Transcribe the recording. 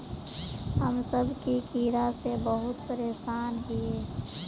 हम सब की कीड़ा से बहुत परेशान हिये?